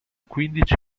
quindici